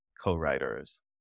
co-writers